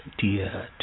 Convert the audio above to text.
dear